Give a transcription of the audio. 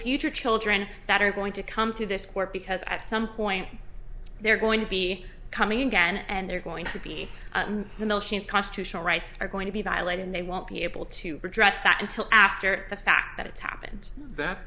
future children that are going to come to this court because at some point they're going to be coming again and they're going to be in the constitutional rights are going to be violated they won't be able to redress that until after the fact that it's happened that